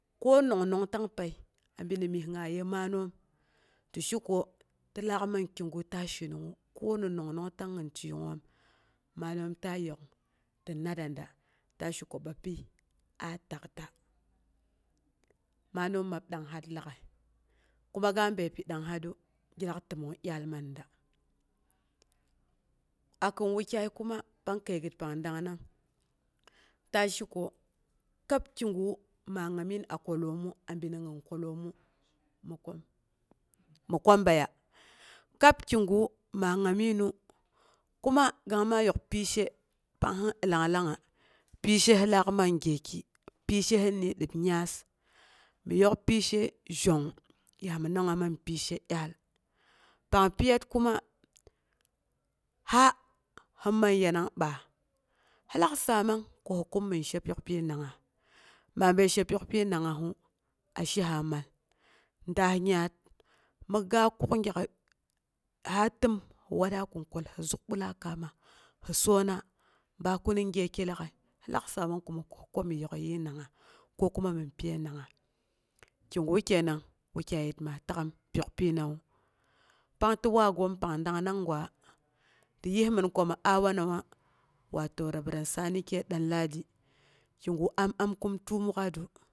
Ko nongnong tang pəi, abi ni myes maye maanoom tɨ she ko tɨ lak mani kigu ta shinung nga ko ni nongnong tang gi tieyungngoom, manoom ta yok'ung ti natra da, ta she ko bapyi a takta, maanoom mab danghat lag'ai. Kuma ga bin pi danghatru gin lak təmong dyaal man da. A kin wakyai kuma pang kəigət pang dangnang, ta she ko kab kigu ma ngamin a kwallomu, abi ni gin kwalomu, mi kum, mi kwa bəiya, kab kigu ma ngamiinu, kuma kangma yok pishe pang sɨn ilanglangnga, pisho hilak man gyeki, pishe hinni dəb nyas, mi yok pishe zhongng ya mi nongnga man pishe dyaal. Pang pyiyat kuma ha himan yanang baah hi lak saamang ko hi kummin shepyok pyi nangngas. Maa bin shepyok pyi nangngasu a shiha mal, daas nyaat mi ga kuk gyak, ha təm hi watra kin kwal hi zak bwala kaamas, hi soona, ba koni gyeki lag'ai, si lak saamang komi kuk ko mi yokyii nangngas ko kuma min pyəi nangngas ki gu kenang, wakyaiya ma tak'um pyok pyinawu pang ti waagoom pang dangnang gwa ti yismin komi a wanawa watau rev sani k. Danladi, kigu am am kum təomok'atru